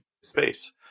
space